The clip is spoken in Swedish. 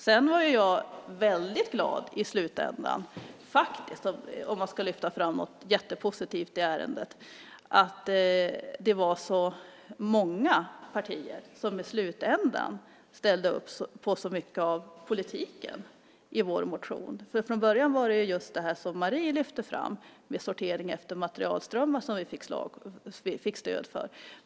Sedan var jag faktiskt väldigt glad, för att lyfta fram något jättepositivt i ärendet, över att så många partier i slutändan ställde upp på så mycket av politiken i vår motion. Från början var det ju just det som Marie lyfte fram, sortering efter materialströmmar, som vi fick stöd för.